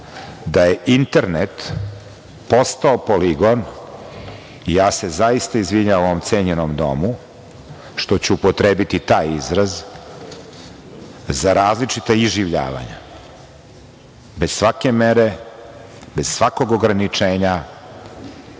da je internet postao poligon, i ja se zaista izvinjavam ovo cenjenom domu što ću upotrebiti taj izraz, za različita iživljavanja, bez svake mere, bez svako ograničenja,